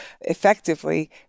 effectively